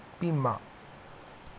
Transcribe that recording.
Bhima